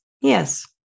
Yes